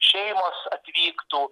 šeimos atvyktų